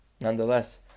Nonetheless